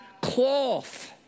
cloth